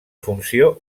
funció